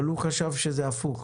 אבל הוא חשב שזה הפוך.